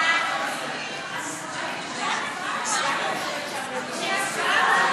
לסעיף 10, גם